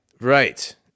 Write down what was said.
right